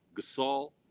Gasol